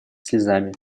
слезами